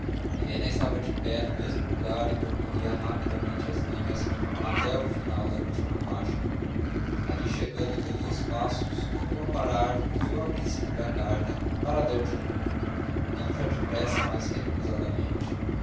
helena estava de pé no mesmo lugar e percorria rapidamente as linhas até ao final da última página ali chegando deu dois passos tornou a parar volveu ao princípio da carta para a ler de novo não já depressa mas